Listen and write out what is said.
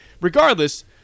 regardless